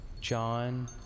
John